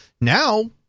Now